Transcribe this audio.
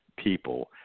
people